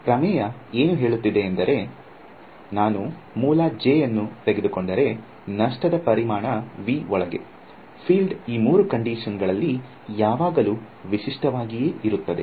ಪ್ರಮೇಯ ಏನು ಹೇಳುತ್ತಿದೆ ಎಂದರೆ ನಾನು ಮೂಲ J ಅನ್ನು ತೆಗೆದುಕೊಂಡರೆ ನಷ್ಟದ ಪರಿಮಾಣ V ಒಳಗೆ ಫೀಲ್ಡ್ ಈ ಮೂರು ಕಂಡೀಷನ್ ಗಳಲ್ಲಿ ಯಾವಾಗಲೂ ವಿಶಿಷ್ಟವಾಗಿಯೇ ಇರುತ್ತದೆ